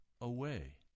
away